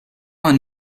vingt